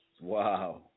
Wow